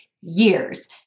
years